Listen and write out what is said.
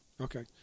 okay